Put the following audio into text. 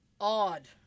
odd